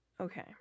Okay